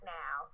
now